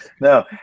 No